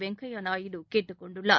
வெங்கைய நாயுடு கேட்டுக் கொண்டுள்ளார்